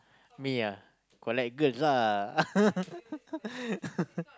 me ah collect girls ah